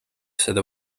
seda